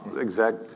Exact